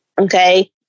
Okay